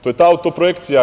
To je ta auto-projekcija.